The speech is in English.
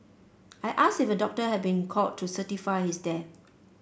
I asked if a doctor had been called to certify his death